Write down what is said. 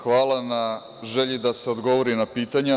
Hvala na želji da se odgovori na pitanje.